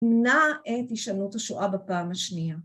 ‫מנע את הישנות השואה בפעם השנייה.